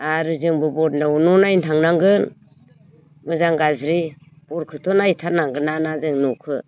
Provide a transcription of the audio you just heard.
आरो जोंबो बदलेयाव न' नायनो थांनांगोन मोजां गाज्रि बरखौथ' नायथारनांगोन ना जों न'खौ